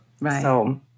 Right